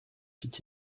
fit